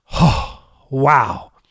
Wow